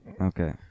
Okay